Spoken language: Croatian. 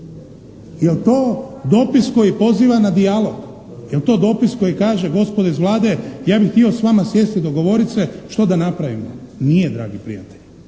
Jel' to dopis koji poziva na dijalog, jel' to dopis koji kaže gospodo iz Vlade ja bih htio s vama sjesti i dogovorit se što da napravimo. Nije, dragi prijatelji.